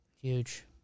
Huge